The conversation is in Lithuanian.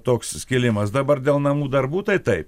toks skilimas dabar dėl namų darbų tai taip